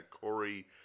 Corey